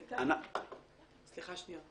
אולי תהיה שיטה יותר טובה.